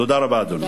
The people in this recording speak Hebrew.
תודה רבה, אדוני.